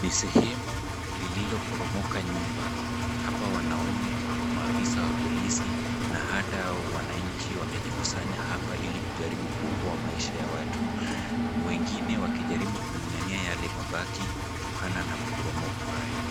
Ni sehemu lililoporomoka nyumba. Hapa wanaume, maafisa wa polisi na hata wananchi wamejikusanya hapa ili kujaribu kuokoa maisha ya watu. Wengine wakijaribu kung'ang'ania yale mabaki kutokana na maporomoko haya.